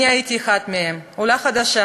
אני הייתי אחת מהם, עולה חדשה